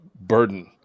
burden